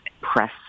press